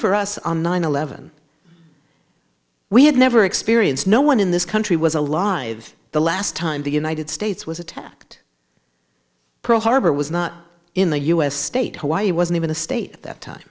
for us on nine eleven we had never experienced no one in this country was alive the last time the united states was attacked pearl harbor was not in the u s state hawaii wasn't even a state at that time